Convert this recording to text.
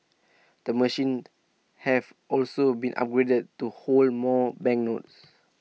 the machine have also been upgraded to hold more banknotes